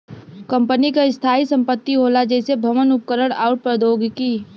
company क स्थायी संपत्ति होला जइसे भवन, उपकरण आउर प्रौद्योगिकी